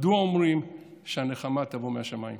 מדוע אומרים שהנחמה תבוא מהשמיים?